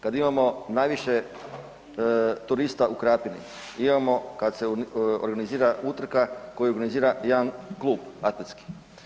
Kad imamo najviše turista u Krapini, imamo kad se organizira utrka koju organizira jedan klub atletski.